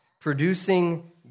producing